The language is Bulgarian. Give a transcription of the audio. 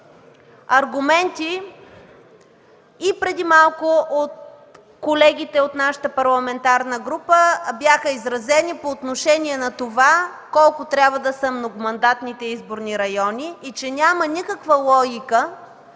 аргументи от колегите нашата парламентарна група по отношение на това колко трябва да са многомандатните изборни райони и че няма никаква логика